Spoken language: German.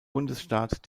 bundesstaat